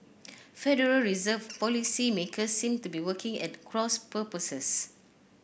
Federal Reserve policymakers seem to be working at cross purposes